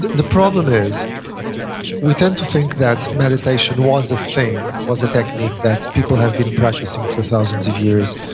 the problem is we tend to think that meditation was a thing, was a technique that people have been practicing for thousands of years.